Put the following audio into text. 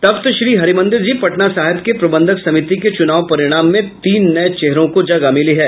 तख्त श्री हरि मंदिर जी पटना साहिब के प्रबंधक समिति के चुनाव परिणाम में तीन नये चेहरों को जगह मिली है